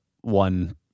one